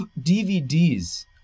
DVDs